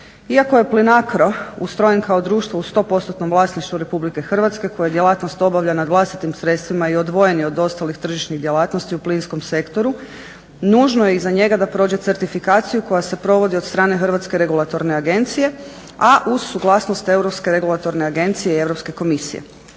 Iako je Plinakro ustrojen kao društvo u 100% vlasništvu RH koje djelatnost obavlja nad vlastitim sredstvima i odvojen je od ostalih tržišnih djelatnosti u plinskom sektoru nužno je i za njega da prođe certifikaciju koja se provodi od strane Hrvatske regulatorne agencije, a uz suglasnost Europske